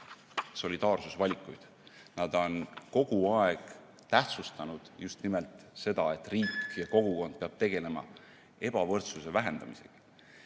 solidaarsusvalikuid. Nad on kogu aeg tähtsustanud just nimelt seda, et riik ja kogukond peavad tegelema ebavõrdsuse vähendamisega.